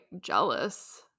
jealous